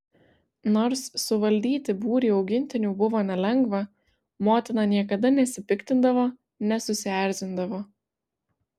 nors suvaldyti būrį augintinių buvo nelengva motina niekada nesipiktindavo nesusierzindavo